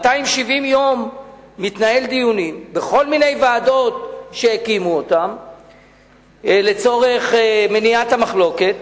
270 יום מתנהלים דיונים בכל מיני ועדות שהקימו לצורך מניעת המחלוקת,